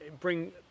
bring